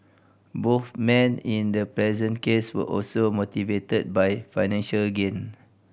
both men in the present case were also motivated by financial gain